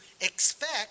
expect